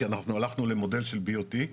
כי אנחנו הולכנו למודל של B.O.T,